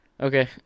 Okay